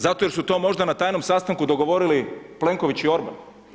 Zato jer su to možda na tajnom sastanku dogovorili Plenković i Orban.